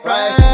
Right